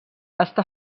està